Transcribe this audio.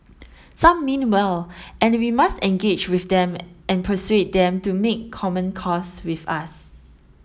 some mean well and we must engage with them and persuade them to make common cause with us